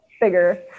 bigger